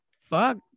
Fuck